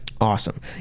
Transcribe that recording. Awesome